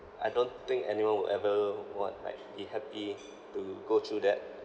I don't think anyone would ever what like be happy to go through that